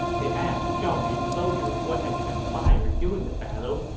they asked zhao yun's soldiers what had transpired during the battle,